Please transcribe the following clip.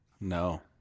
No